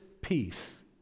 peace